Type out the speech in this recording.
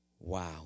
Wow